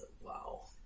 wow